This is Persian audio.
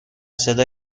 صدا